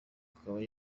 akaba